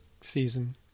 season